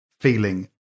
feeling